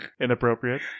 Inappropriate